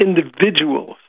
individuals